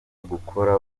gukora